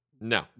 No